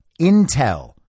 intel